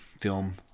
film